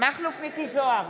מכלוף מיקי זוהר,